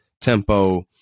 tempo